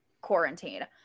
quarantine